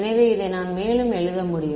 எனவே இதை நான் மேலும் எழுத முடியும்